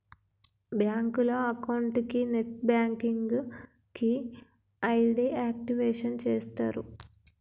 బ్యాంకులో అకౌంట్ కి net banking కి ఐడి యాక్టివేషన్ చేస్తరు